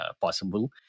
possible